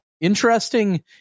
interesting